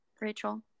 Rachel